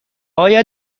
آیا